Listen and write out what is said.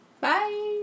Bye